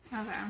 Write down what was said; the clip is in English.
Okay